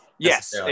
Yes